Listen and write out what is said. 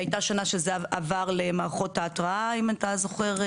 הייתה שנה שזה עבר למערכות ההתראה, אם אתה זוכר.